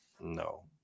no